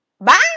Bye